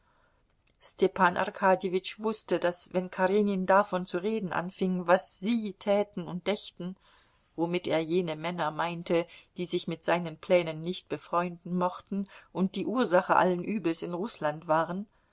arkadjewitsch wußte daß wenn karenin davon zu reden anfing was sie täten und dächten womit er jene männer meinte die sich mit seinen plänen nicht befreunden mochten und die ursache alles übels in rußland waren